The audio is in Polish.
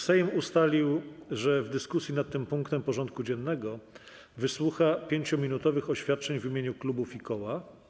Sejm ustalił, że w dyskusji nad tym punktem porządku dziennego wysłucha 5-minutowych oświadczeń w imieniu klubów i koła.